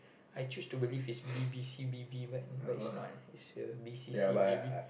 I choose to believe it's b_b_c B B but but it's not it's a B C C B B